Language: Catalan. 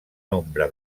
nombre